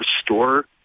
restore